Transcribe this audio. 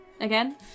again